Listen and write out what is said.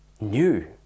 new